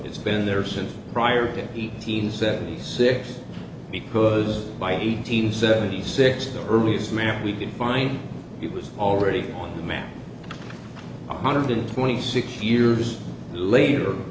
it's been there since prior to the t t seventy six because by eight hundred seventy six the earliest map we can find it was already on the map a hundred and twenty six years laser